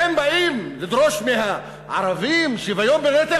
אתם באים לדרוש מהערבים שוויון בנטל?